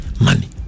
money